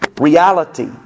reality